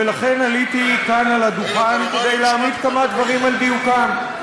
ולכן עליתי כאן על הדוכן כדי להעמיד כמה דברים על דיוקם.